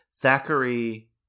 thackeray